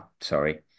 sorry